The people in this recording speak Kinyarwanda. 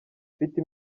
ufite